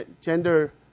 gender